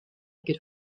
could